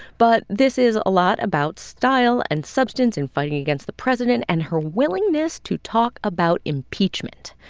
but this is a lot about style and substance and fighting against the president and her willingness to talk about impeachment.